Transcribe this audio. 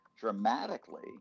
dramatically